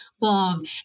long